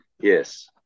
Yes